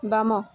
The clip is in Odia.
ବାମ